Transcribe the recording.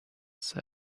said